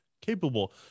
capable